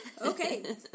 Okay